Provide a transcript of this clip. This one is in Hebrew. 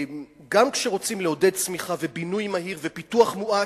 גם כשרוצים לעודד צמיחה ובינוי מהיר ופיתוח מואץ,